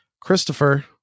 Christopher